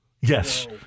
Yes